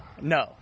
No